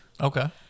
Okay